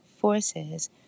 forces